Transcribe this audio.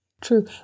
true